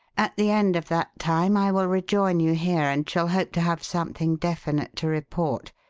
at the end of that time i will rejoin you here, and shall hope to have something definite to report.